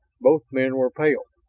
both men were pale,